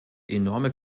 enorme